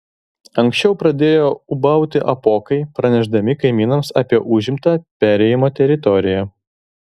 anksčiau pradėjo ūbauti apuokai pranešdami kaimynams apie užimtą perėjimo teritoriją